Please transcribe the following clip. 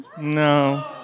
No